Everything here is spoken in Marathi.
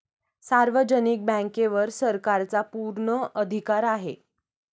सार्वजनिक बँकेवर सरकारचा पूर्ण अधिकार आहे